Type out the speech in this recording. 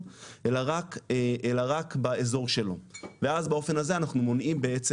אלא רק באזור שלו ואז באופן הזה אנחנו מונעים בעצם